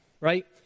Right